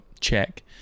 check